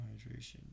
Hydration